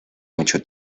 mucho